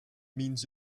means